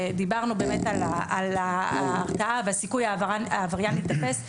דיברנו באמת על ההרתעה וסיכוי העבריין להיתפס.